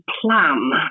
plan